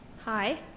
Hi